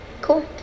Cool